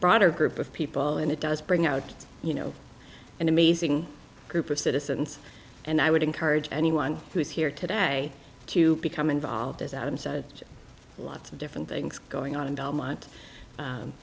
broader group of people and it does bring out you know an amazing group of citizens and i would encourage anyone who is here today to become involved as adam said lots of different things going on in belmont